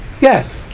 Yes